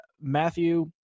Matthew